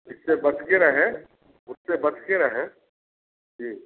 इससे बचके रहें उससे बचके रहें जी